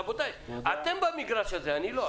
רבותיי, אתם במגרש הזה, אני לא.